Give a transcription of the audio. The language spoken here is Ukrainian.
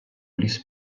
ліс